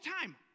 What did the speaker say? time